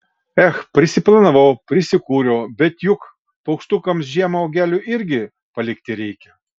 ech prisiplanavau prisikūriau bet juk paukštukams žiemą uogelių irgi palikti reikia